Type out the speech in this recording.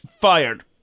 fired